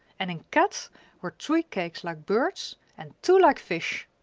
and in kat's were three cakes like birds, and two like fish!